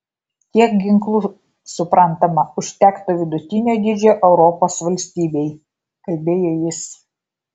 tiek ginklų suprantama užtektų vidutinio dydžio europos valstybei kalbėjo jis